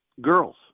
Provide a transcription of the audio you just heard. girls